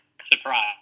surprise